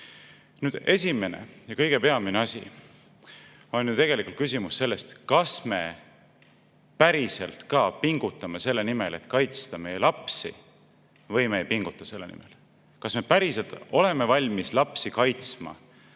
Esimene ja peamine asi on tegelikult küsimus sellest, kas me päriselt ka pingutame selle nimel, et kaitsta meie lapsi, või me ei pinguta selle nimel. Kas me päriselt oleme valmis lapsi kaitsma